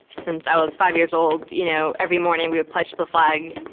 since i was five years old. you know, every morning we would pledged the flag.